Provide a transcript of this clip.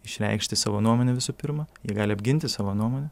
išreikšti savo nuomonę visų pirma jie gali apginti savo nuomonę